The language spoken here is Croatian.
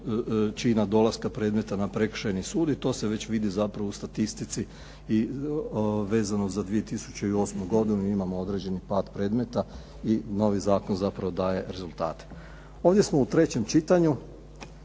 čina dolaska predmeta na prekršajni sud, i to se već vidi u statistici i vezano za 2008. godinu imamo određeni pad predmeta i novi zakon zapravo daje rezultate. Ovdje smo u trećem čitanju